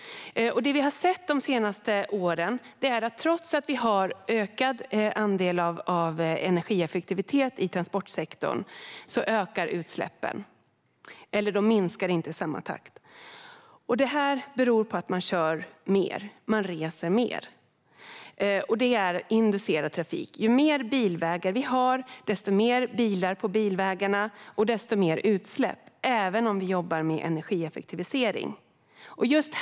Det vi har sett de senaste åren är att utsläppen ökar - eller inte minskar i samma takt - trots ökad energieffektivitet i transportsektorn. Detta beror på att man kör mer och reser mer, vilket är inducerad trafik. Ju mer bilvägar vi har, desto mer bilar på bilvägarna och desto mer utsläpp, även om vi jobbar med energieffektivisering.